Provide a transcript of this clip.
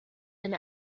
and